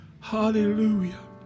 Hallelujah